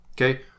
okay